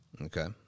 Okay